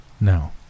Now